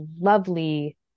lovely